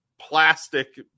plastic